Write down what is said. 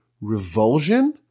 revulsion